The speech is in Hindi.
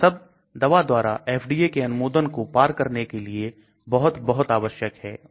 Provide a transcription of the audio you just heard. यह सब दवा द्वारा FDA के अनुमोदन को पार करने करने के लिए बहुत बहुत आवश्यक हैं